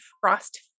frost